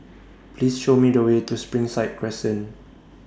Please Show Me The Way to Springside Crescent